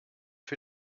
für